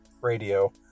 radio